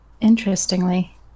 Interestingly